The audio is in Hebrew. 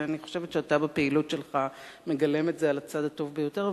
ואני חושבת שאתה בפעילות שלך מגלם את זה על הצד הטוב ביותר,